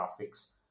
graphics